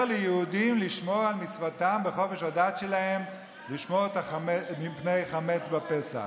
ליהודים לשמור על מצוותם ועל חופש הדת שלהם ולשמור מפני חמץ בפסח.